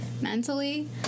mentally